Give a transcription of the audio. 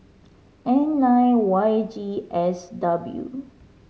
N nine Y G S W